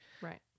right